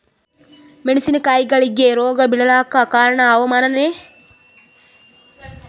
ಮೆಣಸಿನ ಕಾಯಿಗಳಿಗಿ ರೋಗ ಬಿಳಲಾಕ ಕಾರಣ ಹವಾಮಾನನೇ?